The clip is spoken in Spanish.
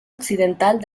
occidental